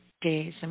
days